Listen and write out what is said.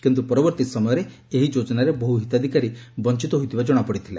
କିନ୍ତୁ ପରବର୍ଭୀ ସମୟରେ ଏହି ଯୋଜନାରେ ବହୁ ହିତାଧିକାରୀ ବଞ୍ଚିତ ହୋଇଥିବା ଜଶାପଡିଥିଲା